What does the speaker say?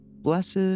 blessed